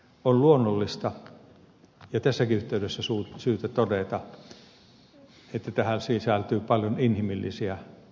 on luonnollista ja tässäkin yhteydessä syytä todeta että tähän sisältyy paljon inhimillisiä tekijöitä